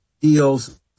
deals